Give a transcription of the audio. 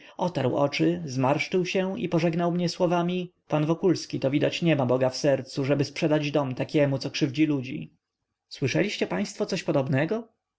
otarł oczy zmarszczył się i pożegnał mnie słowami pan wokulski to widać nie ma boga w sercu żeby sprzedać dom takiemu co krzywdzi ludzi słyszeliście państwo coś podobnego